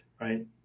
right